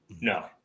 No